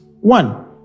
One